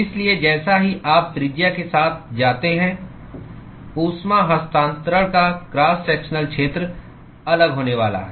इसलिए जैसे ही आप त्रिज्या के साथ जाते हैं ऊष्मा हस्तांतरण का क्रॉस सेक्शनल क्षेत्र अलग होने वाला है